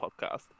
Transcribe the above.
podcast